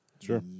Sure